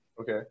Okay